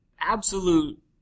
absolute